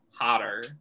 hotter